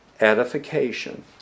edification